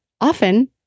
often